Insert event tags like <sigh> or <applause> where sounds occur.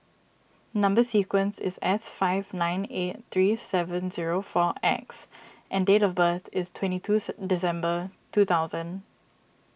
Number Sequence is S five nine eight three seven zero four X and date of birth is twenty two <unintelligible> December two thousand